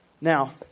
Now